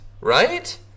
right